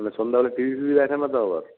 মানে সন্ধ্যাবেলা টিভি ফিভি দেখে না তো আবার